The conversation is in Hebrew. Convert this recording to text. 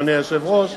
אדוני היושב-ראש,